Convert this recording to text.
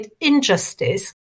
injustice